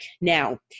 Now